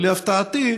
ולהפתעתי,